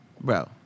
Bro